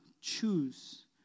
choose